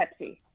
Pepsi